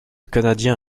canadien